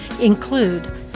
include